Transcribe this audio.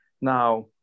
Now